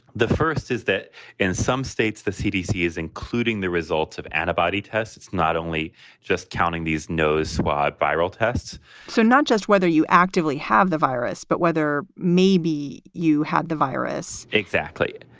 the first is that in some states, the cdc is including the results of antibody tests. it's not only just counting these nose swab viral tests so not just whether you actively have the virus, but whether maybe you had the virus exactly.